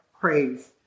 praise